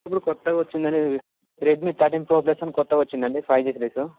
ఇప్పుడు కొత్తగా వచ్చినవి రెడ్మీ థర్టీన్ ప్రో ప్లస్ అని కొత్తగా వచ్చింది అండి ఫైవ్ జీ సిరీస్